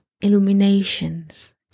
illuminations